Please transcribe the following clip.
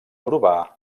urbà